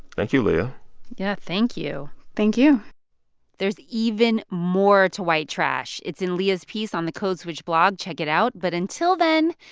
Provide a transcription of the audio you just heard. thank you, leah yeah. thank you thank you there's even more to white trash. it's in leah's piece on the code switch blog. check it out. but until then,